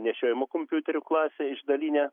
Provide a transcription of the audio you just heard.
nešiojamų kompiuterių klasę išdalinę